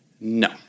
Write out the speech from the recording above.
No